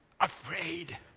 afraid